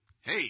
hey